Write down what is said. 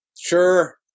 Sure